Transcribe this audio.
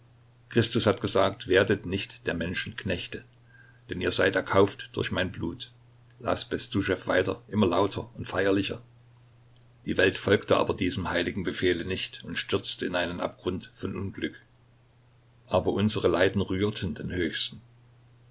christus hat gesagt werdet nicht der menschen knechte denn ihr seid erkauft durch mein blut las bestuschew weiter immer lauter und feierlicher die welt folgte aber diesem heiligen befehle nicht und stürzte in einen abgrund von unglück aber unsere leiden rührten den höchsten